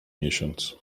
miesiąc